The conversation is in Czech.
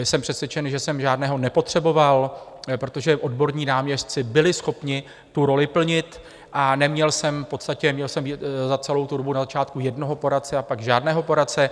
Jsem přesvědčený, že jsem žádného nepotřeboval, protože odborní náměstci byli schopni tu roli plnit, a neměl jsem v podstatě měl jsem za celou tu dobu na začátku jednoho poradce a pak žádného poradce.